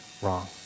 wrong